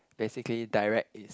basically direct is